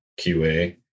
qa